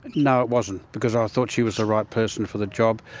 no it wasn't, because i thought she was the right person for the job.